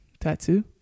Tattoo